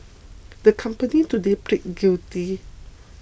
the company today pleaded guilty